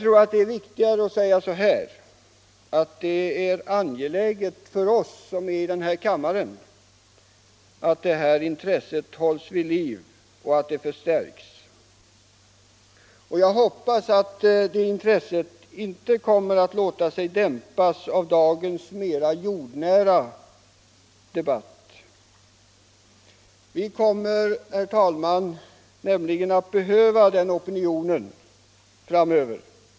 Det är angeläget för oss i denna kammare att detta intresse hålls vid liv och förstärks. Jag hoppas att det inte låter sig dämpas av dagens mer jordnära debatt. Vi kommer nämligen att behöva den opinionen framöver.